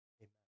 Amen